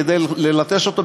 כדי ללטש אותו,